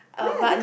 uh but